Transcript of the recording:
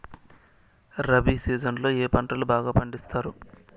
rabi season లో ఏ పంటలు బాగా పండిస్తారు